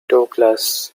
douglas